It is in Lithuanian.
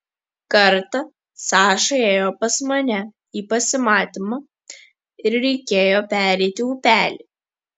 kartą saša ėjo pas mane į pasimatymą ir reikėjo pereiti upelį